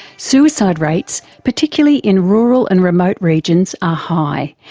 suicide rates, particularly in rural and remote regions are high,